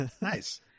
nice